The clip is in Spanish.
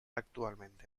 actualmente